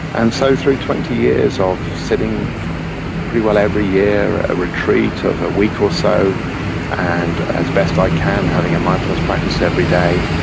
and so through twenty years of sitting pretty well every year at a retreat of a week or so and as best i can having a mindfulness practice every day,